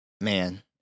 man